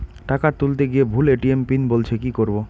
টাকা তুলতে গিয়ে ভুল এ.টি.এম পিন বলছে কি করবো?